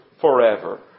forever